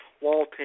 Walton